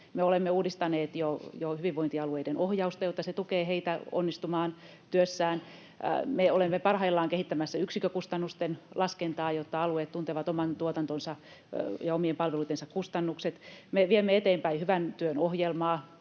Me olemme uudistaneet jo hyvinvointialueiden ohjausta, jotta se tukee niitä onnistumaan työssään. Me olemme parhaillaan kehittämässä yksikkökustannusten laskentaa, jotta alueet tuntevat oman tuotantonsa ja omien palveluittensa kustannukset. Me viemme eteenpäin Hyvän työn ohjelmaa.